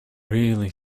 really